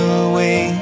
away